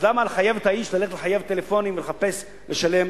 אז למה לחייב את האיש ללכת לחייב טלפונים ולחפש לשלם?